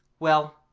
well,